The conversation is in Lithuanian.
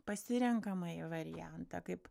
pasirenkamąjį variantą kaip